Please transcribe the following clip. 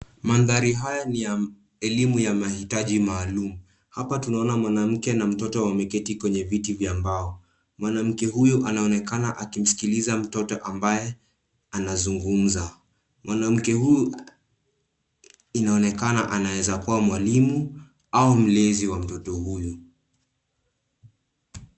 Mandhari haya ni ya elimu ya mahitaji maalum. Hapa tunaona mwanamke na mtoto wameketi kwenye viti vya mbao. Mwanamke huyo anaonekana akimsikiliza mtoto ambaye anazungumza. Mwanamke huyu inaonekana anaweza kuwa mwalimu, au mlezi wa mtoto huyu.